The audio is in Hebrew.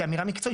כאמירה מקצועית,